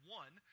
one